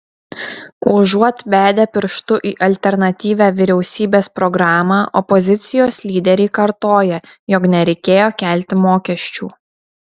užuot bedę pirštu į alternatyvią vyriausybės programą opozicijos lyderiai kartoja jog nereikėjo kelti mokesčių